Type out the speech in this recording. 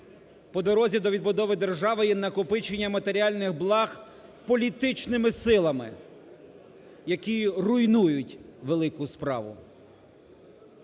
по дорозі до відбудови держави є накопичення матеріальних благ політичними силами, які руйнують велику справу.